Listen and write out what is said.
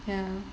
ya